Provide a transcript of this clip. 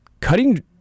cutting